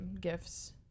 Gifts